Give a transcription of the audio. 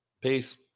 Peace